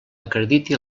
acrediti